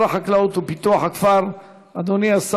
26